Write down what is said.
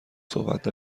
صحبت